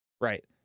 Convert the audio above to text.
right